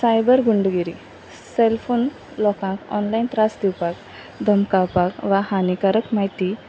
cyber गुंडगिरी cellphone लोकांक online त्रास दिवपाक धमकावपाक वा हानिकारक म्हायती